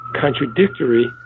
contradictory